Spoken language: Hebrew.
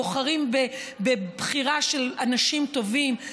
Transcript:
בוחרים בבחירה של אנשים טובים,